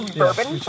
bourbon